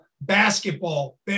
basketball